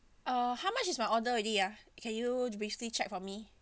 uh how much is my order already ya can you briefly check for me